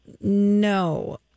no